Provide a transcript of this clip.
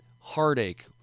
heartache